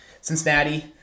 Cincinnati